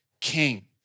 King